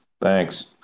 thanks